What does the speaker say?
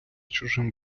чужим